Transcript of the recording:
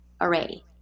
array